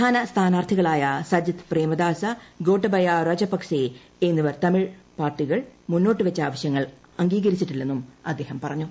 പ്രധാന സ്ഥാനാർത്ഥികളായ സജിത്ത് പ്രേമദാസാ ഗോട്ടബയാ രാജ്പക്സേ എന്നിവർ തമിഴ് പാർട്ടികൾ മുന്നോട്ടുവെച്ച ആവശ്യങ്ങൾ അംഗീകരിച്ചിട്ടില്ല എന്നും അദ്ദേഹം പറഞ്ഞു